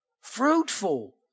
Fruitful